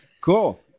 Cool